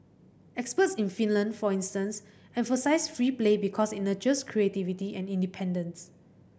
experts in Finland for instance emphasise free play because it nurtures creativity and independence